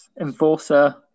Enforcer